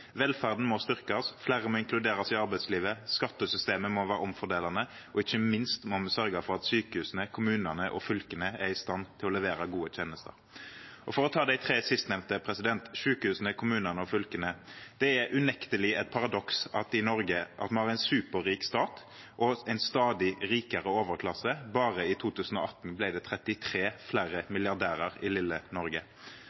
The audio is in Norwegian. Velferden må styrkes, flere må inkluderes i arbeidslivet, skattesystemet må være omfordelende, og ikke minst må vi sørge for at sykehusene, kommunene og fylkene er i stand til å levere gode tjenester. For å ta de tre sistnevnte – sykehusene, kommunene og fylkene: Det er unektelig et paradoks at vi i Norge har en superrik stat og en stadig rikere overklasse. Bare i 2018 ble det 33 flere